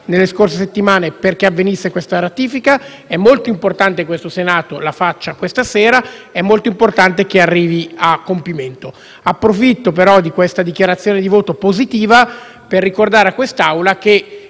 nelle scorse settimane affinché avvenisse la ratifica. È molto importante che il Senato la faccia questa sera ed è molto importante che arrivi a compimento. Approfitto però della mia dichiarazione di voto positiva per ricordare all'Assemblea che